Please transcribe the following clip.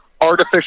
artificial